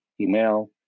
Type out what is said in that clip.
email